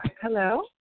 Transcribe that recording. Hello